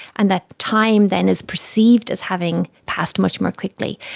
and that time then is perceived as having passed much more quickly.